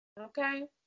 Okay